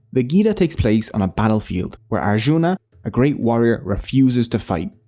the gita takes place on a battlefield where arjuna a great warrior refuses to fight.